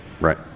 Right